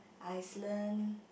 Iceland